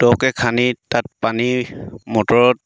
দকৈ খান্দি তাত পানী মটৰত